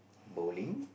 bowling